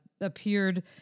appeared